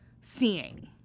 seeing